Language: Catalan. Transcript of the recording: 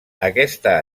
aquesta